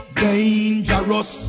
dangerous